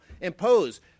impose